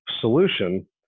solution